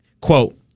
quote